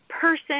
person